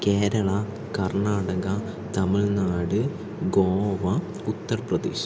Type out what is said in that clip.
Kerala Karnataka Tamil Nadu Goa Uttar Pradesh